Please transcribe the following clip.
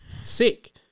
Sick